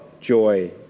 joy